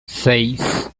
seis